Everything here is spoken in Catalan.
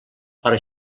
para